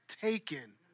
taken